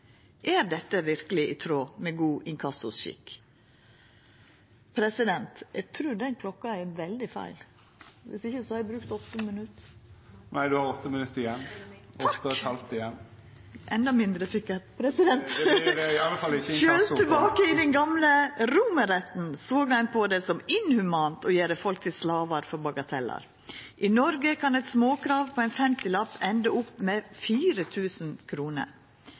i den gamle romarretten såg ein på det som inhumant å gjera folk til slavar for bagatellar. I Noreg kan eit småkrav på ein femtilapp enda opp